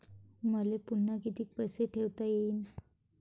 मले पुन्हा कितीक पैसे ठेवता येईन?